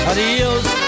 Adios